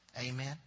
Amen